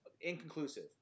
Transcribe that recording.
inconclusive